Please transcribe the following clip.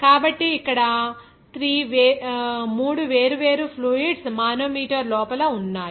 కాబట్టి ఇక్కడ 3 వేర్వేరు ఫ్లూయిడ్స్ మానోమీటర్ లోపల ఉన్నాయి